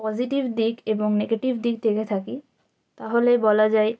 positive দিক এবং negative দিক দেখে থাকি তাহলে বলা যায়